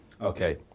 Okay